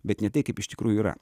bet ne tai kaip iš tikrųjų yra